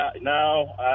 no